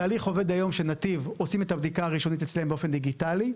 התהליך היום הוא שנתיב עושים את הבדיקה הראשונה אצלם באופן דיגיטלי.